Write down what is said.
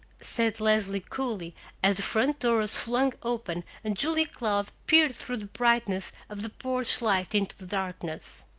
said leslie coolly as the front door was flung open and julia cloud peered through the brightness of the porch light into the darkness.